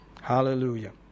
Hallelujah